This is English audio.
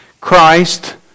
Christ